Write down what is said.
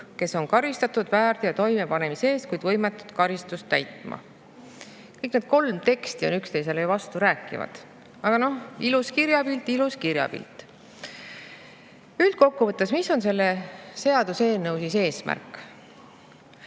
kes on karistatud väärteo toimepanemise eest, kuid võimetud karistust täitma." Kõik need kolm teksti on üksteisele vasturääkivad. Aga noh, ilus kirjapilt. Ilus kirjapilt! Mis üldkokkuvõttes siis on selle seaduseelnõu eesmärk?